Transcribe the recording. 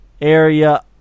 area